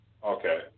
Okay